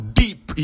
deep